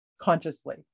consciously